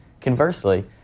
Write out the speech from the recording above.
Conversely